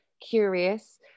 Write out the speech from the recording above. curious